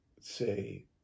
say